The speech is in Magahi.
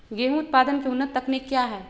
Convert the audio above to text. गेंहू उत्पादन की उन्नत तकनीक क्या है?